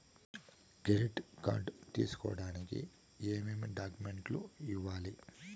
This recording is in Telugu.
క్రెడిట్ కార్డు తీసుకోడానికి ఏమేమి డాక్యుమెంట్లు ఇవ్వాలి